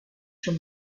from